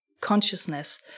consciousness